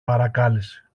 παρακάλεσε